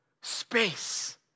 space